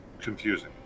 confusing